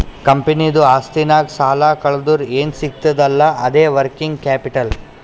ಕಂಪನಿದು ಆಸ್ತಿನಾಗ್ ಸಾಲಾ ಕಳ್ದುರ್ ಏನ್ ಸಿಗ್ತದ್ ಅಲ್ಲಾ ಅದೇ ವರ್ಕಿಂಗ್ ಕ್ಯಾಪಿಟಲ್